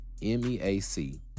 MEAC